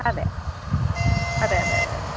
അതെ അതെ അതെ അതെ